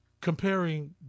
comparing